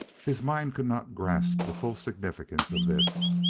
his mind could not grasp the full significance of this.